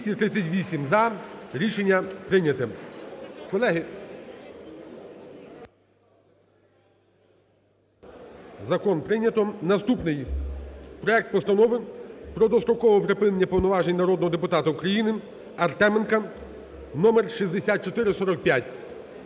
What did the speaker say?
238 – за. Рішення прийняте. Колеги… закон прийнято. Наступний проект Постанови про дострокове припинення повноважень народного депутата України Артеменка (номер 6445).